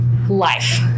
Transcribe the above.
life